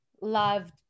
loved